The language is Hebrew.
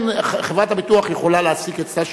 חברת הביטוח יכולה להעסיק אצלה שמאים.